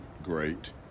great